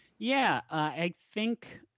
yeah, i think